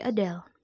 Adele